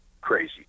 crazy